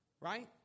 Right